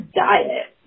diet